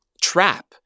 trap